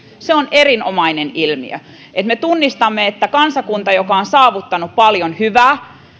se on erinomainen ilmiö että me tunnistamme että kansakunta joka on saavuttanut paljon hyvää